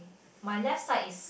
my left side is